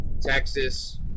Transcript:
Texas